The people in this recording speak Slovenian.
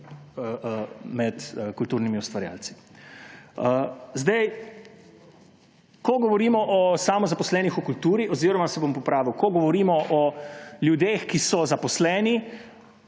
med kulturnimi ustvarjalci. Ko govorimo o samozaposlenih v kulturi oziroma se bom popravil, ko govorimo o ljudeh, ki so zaposleni,